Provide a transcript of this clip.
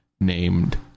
named